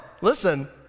listen